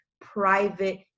private